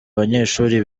abanyeshuri